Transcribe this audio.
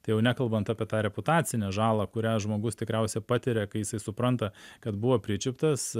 tai jau nekalbant apie tą reputacinę žalą kurią žmogus tikriausia patiria kai jisai supranta kad buvo pričiuptas